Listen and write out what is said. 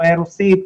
דוברי רוסית,